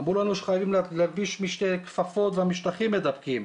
אמרנו לנו שחייבים להגיש עם שתי כפפות והמשטחים מדבקים.